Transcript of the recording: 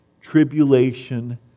tribulation